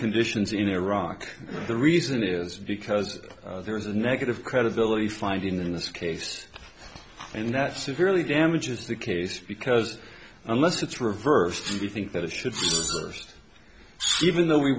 conditions in iraq the reason is because there is a negative credibility find in this case and that severely damages the case because unless it's reverse to be think that it should even though we